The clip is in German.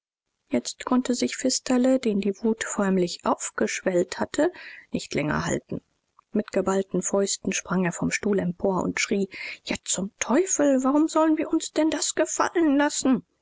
jetzt konnte sich pfisterle den die wut förmlich aufgeschwellt hatte nicht länger halten mit geballten fäusten sprang er vom stuhl empor und schrie ja zum teufel warum sollen wir uns denn das gefallen lassen